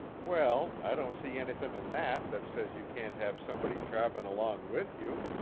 well, i don't see anythin' in that that says you can't have somebody travelin' along with you,